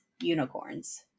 unicorns